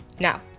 Now